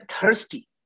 thirsty